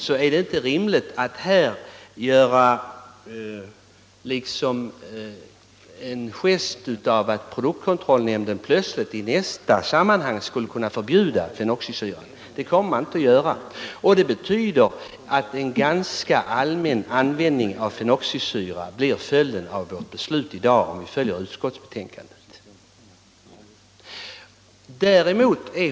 Då är det inte rimligt att anta att produktkontrollnämnden därefter skulle förbjuda fenoxisyror. Det betyder att en ganska allmän användning av fenoxisyror blir följden av vårt beslut i dag, om vi följer utskottsbetänkandet.